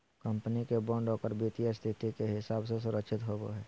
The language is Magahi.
कंपनी के बॉन्ड ओकर वित्तीय स्थिति के हिसाब से सुरक्षित होवो हइ